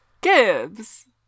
Gibbs